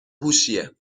هوشیه